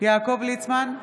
יעקב ליצמן,